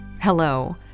hello